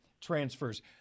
transfers